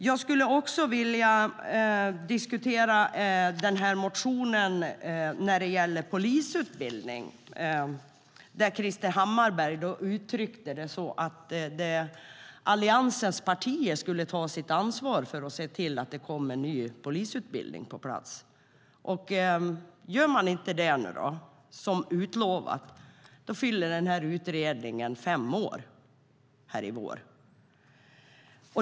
Jag skulle också vilja diskutera den motion som gäller polisutbildning. Krister Hammarbergh uttryckte det så att Alliansens partier skulle ta sitt ansvar för att se till att det kom en ny polisutbildning på plats. Gör man inte det som utlovat tycker jag att det är tragiskt.